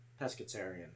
Pescatarian